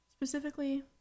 Specifically